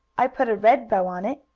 i put a red bow on it.